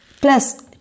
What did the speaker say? Plus